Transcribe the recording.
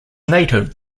native